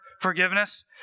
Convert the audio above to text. forgiveness